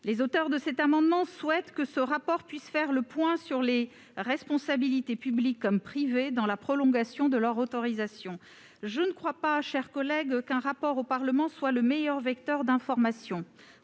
Ses auteurs souhaitent que ce rapport permette de faire le point sur les responsabilités, publiques comme privées, dans la prolongation de son autorisation. Je ne crois pas qu'un rapport au Parlement soit le meilleur vecteur d'information